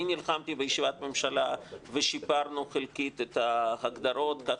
אני נלחמתי בישיבת הממשלה ושיפרנו חלקית את ההגדרות כך